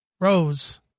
rose